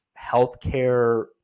healthcare